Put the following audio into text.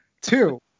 Two